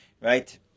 right